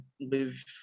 live